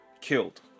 killed